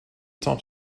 top